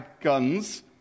guns